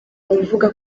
avuga